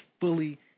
fully